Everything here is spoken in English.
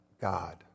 God